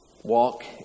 walk